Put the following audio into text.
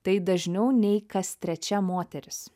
tai dažniau nei kas trečia moteris